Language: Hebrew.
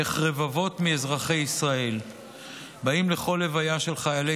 איך רבבות מאזרחי ישראל באים לכל לוויה של חיילי